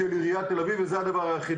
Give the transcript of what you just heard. וזה הדבר היחיד.